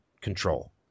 control